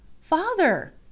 Father